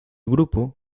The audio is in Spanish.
grupo